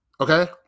Okay